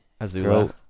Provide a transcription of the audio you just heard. Azula